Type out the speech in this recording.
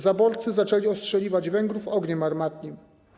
Zaborcy zaczęli ostrzeliwać Węgrów ogniem armatnim.